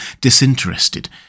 disinterested